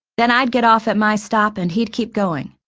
then i'd get off at my stop and he'd keep going.